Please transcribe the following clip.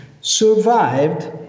survived